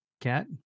cat